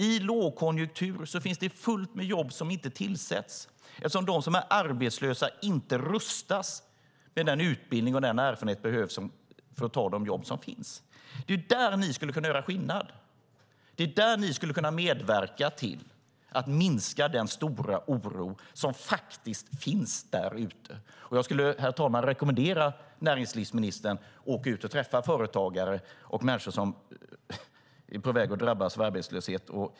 I lågkonjunktur finns det fullt med jobb som inte tillsätts eftersom de som är arbetslösa inte rustas med den utbildning och erfarenhet som behövs för att ta de jobb som finns. Det är där ni skulle kunna göra skillnad. Det är där ni skulle kunna medverka till att minska den stora oro som faktiskt finns där ute. Jag skulle, herr talman, rekommendera näringsministern att åka ut och träffa företagare och människor som är på väg att drabbas av arbetslöshet.